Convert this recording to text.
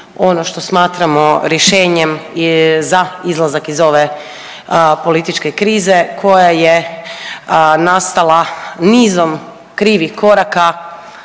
ono što smatramo rješenjem za izlazak iz ove političke krize koja je nastala nizom krivih koraka,